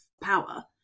power